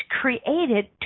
created